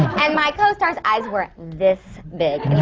and my costar's eyes were this big!